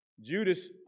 Judas